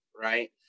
right